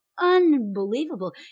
unbelievable